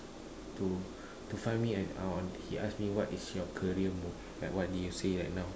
to to find me uh he ask me what is your career move like what do you say right now